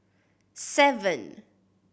seven